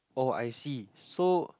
oh I see so